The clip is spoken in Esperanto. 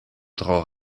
tro